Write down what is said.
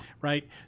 Right